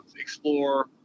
explore